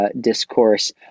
discourse